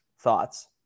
Thoughts